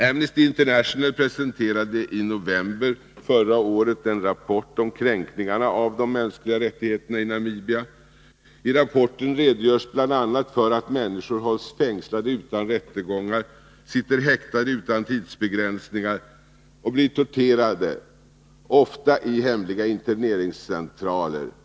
Amnesty International presenterade i november förra året en rapport om kränkningarna av de mänskliga rättigheterna i Namibia. I rapporten redogörs bl.a. för att människor hålls fängslade utan rättegångar, sitter häktade utan tidsbegränsningar och blir torterade, ofta i hemliga interneringscentraler.